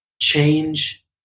change